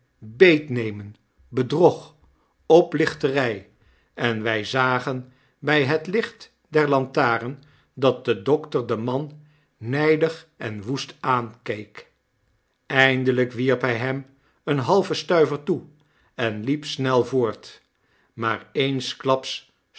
beetnemen bedrog oplichterij en wy zagen bij het licht der lantaren dat de dokter den man nydig en woest aankeek eindelijk wierp hy hem een halven stuiver toe en hep snel voort maar eenklaps